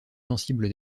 sensible